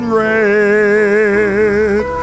red